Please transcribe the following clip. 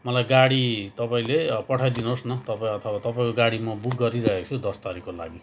मलाई गाडी तपाईँले पठाइदिनुहोस् न तपाईँ अथवा तपाईँको गाडी म बुक गरिराखेको छु दस तारिकको लागि